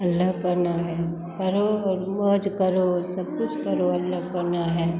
अल्हड़पना है पढ़ो और मौज करो सब कुछ करो अल्हड़पना है